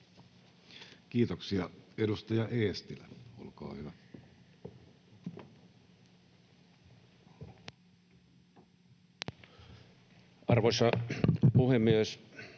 Kiitoksia. — Edustaja Eestilä, olkaa hyvä. Arvoisa puhemies!